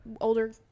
Older